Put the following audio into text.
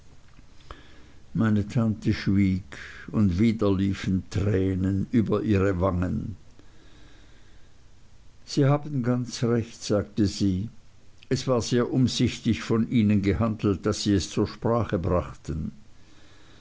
meine tante schwieg und wieder liefen tränen über ihre wangen sie haben ganz recht sagte sie es war sehr umsichtig von ihnen gehandelt daß sie es zur sprache brachten